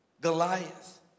Goliath